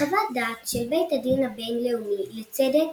בחוות דעת של בית הדין הבין-לאומי לצדק